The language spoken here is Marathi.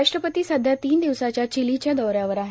राष्ट्रपती सध्या तीन दिवसाच्या चिलीच्या दौऱ्यावर आहेत